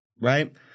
Right